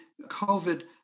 COVID